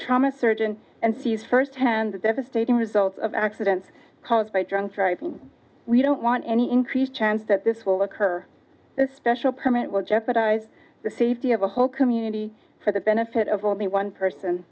trauma surgeon and sees firsthand the devastating results of accidents caused by drunk driving we don't want any increased chance that this will occur the special permit will jeopardize the safety of a whole community for the benefit of only one person